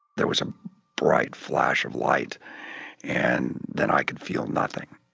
there was a bright flash of light and then i could feel nothing.